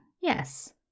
yes